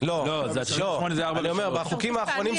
מ/1597 אני חוזר לסעיף